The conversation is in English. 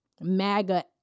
MAGA